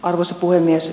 arvoisa puhemies